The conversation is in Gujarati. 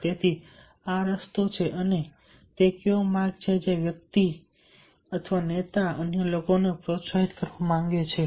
તેથી આ તે રસ્તો છે અને તે કયો માર્ગ છે કે જે વ્યક્તિ નેતા અને અન્ય લોકોને પ્રોત્સાહિત કરવા માંગે છે